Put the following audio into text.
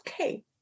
okay